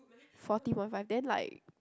forty point five then like